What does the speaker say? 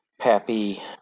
Pappy